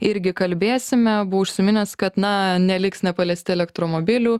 irgi kalbėsime buvo užsiminęs kad na neliks nepaliesti elektromobilių